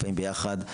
לפעמים ביחד,